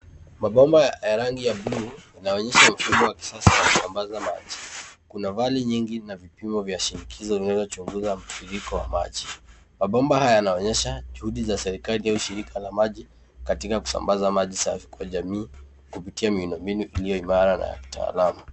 Mabomba ya rangi ya buluu yanaonyesha mfumo wa kisasa wa kusambaza maji. Kuna vani nyingi na vipimo vya vishikio vinavyochunguza mtiririko wa maji. Mabomba haya yanaonyesha juhudi za serikali au shirika la maji katika kusambaza maji kwa jamii kupitia mbinu iliyo imara na ya kitaalamu.